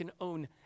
own